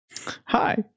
Hi